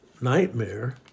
nightmare